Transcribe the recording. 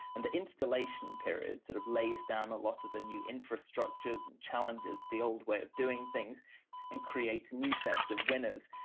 and the installation period sort of lays down a lot of the new infrastructures and challenges the old way of doing things and creates new sets of winners.